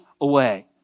away